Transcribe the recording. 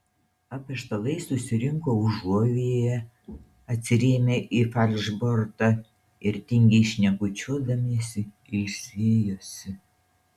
apaštalai susirinko užuovėjoje atsirėmę į falšbortą ir tingiai šnekučiuodamiesi ilsėjosi